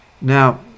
Now